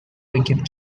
wicket